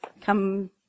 come